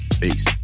peace